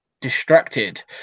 distracted